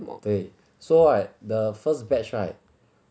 对 so right the first batch right